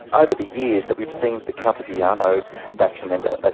over the years that we've seen the caltabiano faction and, ah